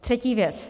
Třetí věc.